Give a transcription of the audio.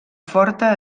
forta